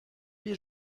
les